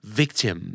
victim